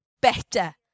better